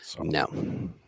No